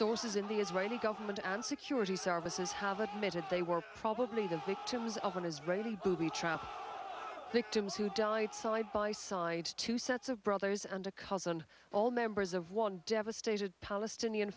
says in the israeli government and security services have admitted they were probably the victims of an israeli booby trapped victims who died side by side two sets of brothers and a cousin all members of one devastated palestinian